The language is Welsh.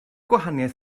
gwahaniaeth